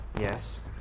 Yes